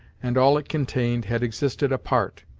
and all it contained, had existed apart,